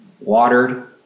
watered